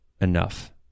enough